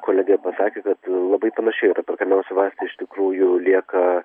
kolegė pasakė kad labai panašiai yra perkamiausi vaistai iš tikrųjų lieka